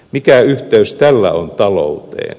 mikä yhteys tällä on talouteen